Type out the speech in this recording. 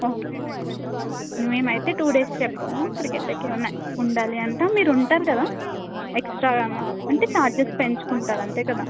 okay మేమైతే two days చెప్పాము అక్కడికి వెళ్ళాక ఏమైనా ఉండాలి అంటే మీరు ఉంటారు కదా ఎక్సట్రాగా ఏమైనా అంటే ఛార్జెస్ పెంచుకుంటారు అంతే కదా